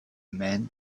men